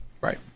Right